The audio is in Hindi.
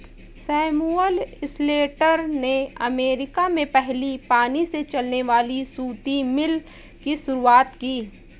सैमुअल स्लेटर ने अमेरिका में पहली पानी से चलने वाली सूती मिल की शुरुआत की